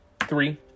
three